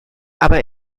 aber